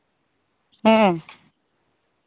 ᱦᱮᱸ